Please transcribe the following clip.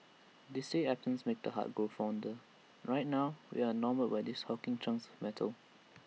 they say absence makes the heart grow fonder and right now we are enamoured with these hulking chunks metal